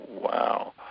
Wow